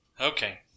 Okay